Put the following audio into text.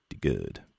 good